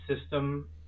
system